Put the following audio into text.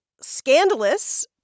scandalous